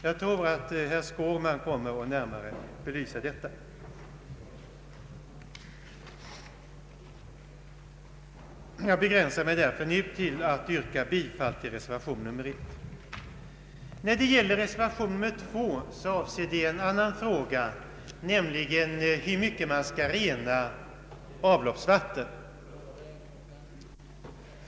Jag tror att herr Skårman närmare kommer att belysa detta förhållande, och jag begränsar mig därför nu till att yrka bifall till reservation I. Reservation II avser en annan fråga, nämligen hur mycket man skall rena avloppsvattnet.